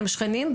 הם שכנים,